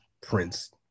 Prince